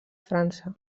frança